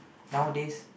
nowadays